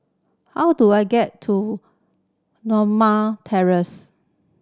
how do I get to Norma Terrace